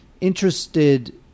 Interested